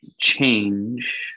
change